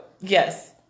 yes